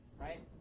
right